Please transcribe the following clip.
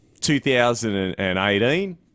2018